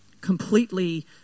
completely